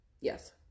Yes